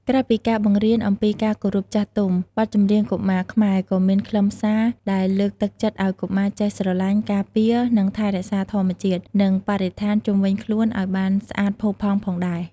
ក្រៅពីការបង្រៀនអំពីការគោរពចាស់ទុំ បទចម្រៀងកុមារខ្មែរក៏មានខ្លឹមសារដែលលើកទឹកចិត្តឲ្យកុមារចេះ ស្រឡាញ់ ការពារ និងថែរក្សាធម្មជាតិ និងបរិស្ថានជុំវិញខ្លួនឲ្យបានស្អាតផូរផង់ផងដែរ។